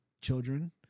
children